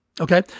Okay